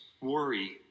worry